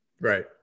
Right